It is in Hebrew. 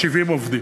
70 עובדים.